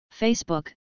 Facebook